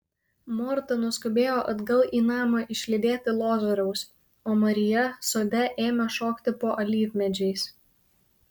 morta nuskubėjo atgal į namą išlydėti lozoriaus o marija sode ėmė šokti po alyvmedžiais